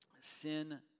sin